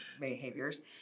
behaviors